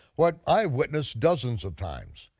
what i've witnessed dozens of times.